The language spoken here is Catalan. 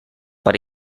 per